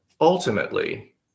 ultimately